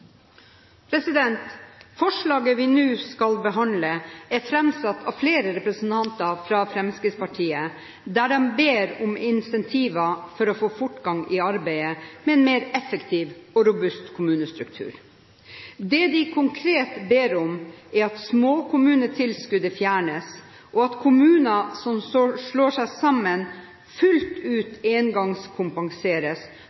vedtatt. Forslaget vi nå skal behandle, er fremsatt av flere representanter fra Fremskrittspartiet, der de ber om incentiver for å få fortgang i arbeidet med en mer effektiv og robust kommunestruktur. Det de konkret ber om, er at småkommunetilskuddet fjernes og at kommuner som slår seg sammen, fullt